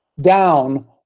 Down